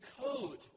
code